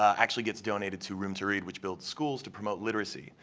actually gets donated to room to read which builds schools to promote literacy.